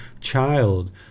child